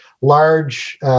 large